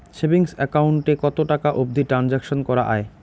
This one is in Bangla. সেভিঙ্গস একাউন্ট এ কতো টাকা অবধি ট্রানসাকশান করা য়ায়?